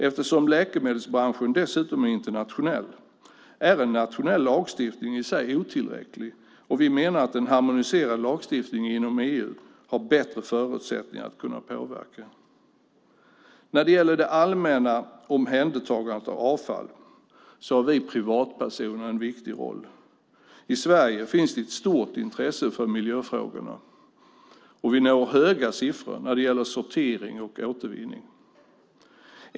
Eftersom läkemedelsbranschen dessutom är internationell är en nationell lagstiftning i sig otillräcklig. Vi menar att en harmoniserad lagstiftning inom EU har bättre förutsättningar att kunna påverka. När det gäller det allmänna omhändertagandet av avfall har vi privatpersoner en viktig roll. I Sverige finns det ett stort intresse för miljöfrågorna, och vi når höga siffror när det gäller sortering och återvinning.